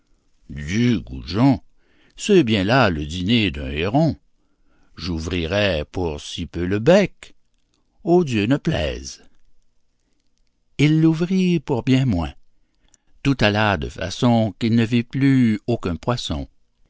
du goujon c'est bien là le dîner d'un héron j'ouvrirais pour si peu le bec aux dieux ne plaise il l'ouvrit pour bien moins tout alla de façon qu'il ne vit plus aucun poisson